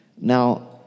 Now